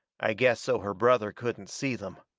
i guess so her brother couldn't see them.